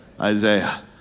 Isaiah